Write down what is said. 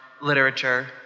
literature